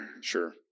Sure